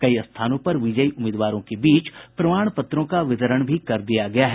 कई स्थानों पर विजयी उम्मीदवारों के बीच प्रमाण पत्रों का वितरण भी कर दिया गया है